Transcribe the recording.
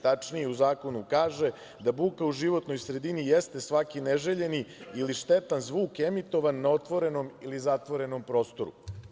Tačnije, u zakonu kaže da buka u životnoj sredini jeste svaki neželjeni ili štetan zvuk emitovan na otvorenom ili zatvorenom prostoru.